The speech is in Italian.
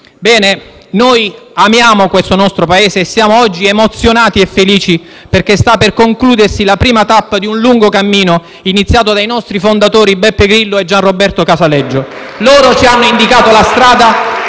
Ebbene, noi amiamo questo nostro Paese e siamo oggi emozionati e felici, perché sta per concludersi la prima tappa di un lungo cammino iniziato dai nostri fondatori Beppe Grillo e Gianroberto Casaleggio *(Applausi dal Gruppo